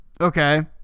Okay